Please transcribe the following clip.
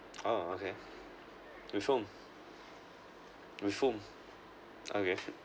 oh okay with whom with whom okay